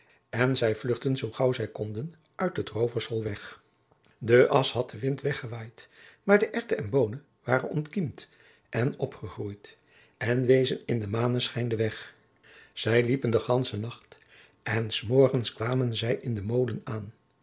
en zij vluchtten zoo gauw zij konden uit het roovershol weg de asch had de wind weggewaaid maar de erwten en boonen waren ontkiemd en opgegroeid en wezen in den maneschijn den weg zij liepen den ganschen nacht en s morgens kwamen zij in den molen aan